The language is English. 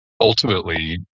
ultimately